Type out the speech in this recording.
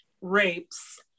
rapes